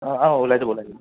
অ ওলাই যাব ওলাই যাব